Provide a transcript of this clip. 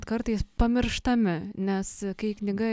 kartais pamirštami nes kai knyga